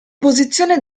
posizione